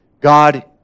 God